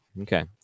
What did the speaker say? Okay